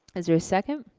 is there a second?